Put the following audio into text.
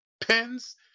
Pens